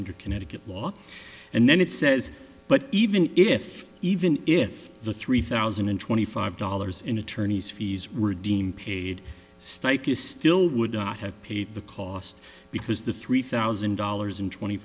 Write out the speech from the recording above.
under connecticut law and then it says but even if even if the three thousand and twenty five dollars in attorney's fees were deemed paid strike you still would not have paid the cost because the three thousand dollars and twenty